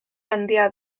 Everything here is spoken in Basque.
handia